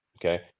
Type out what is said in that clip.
Okay